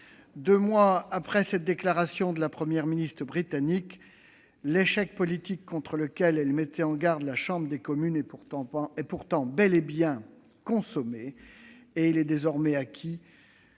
Deux mois après cette déclaration de la Première ministre britannique, l'échec politique contre lequel elle mettait en garde la Chambre des communes est pourtant bel et bien consommé et il est désormais acquis